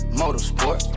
motorsport